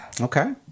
Okay